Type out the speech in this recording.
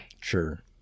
Sure